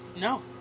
No